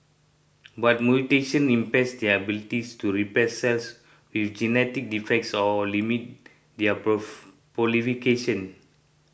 but mutations impairs their abilities to repair cells with genetic defects or limit their proof proliferation